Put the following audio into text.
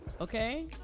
Okay